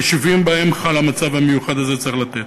ביישובים שבהם חל המצב המיוחד הזה צריך לתת.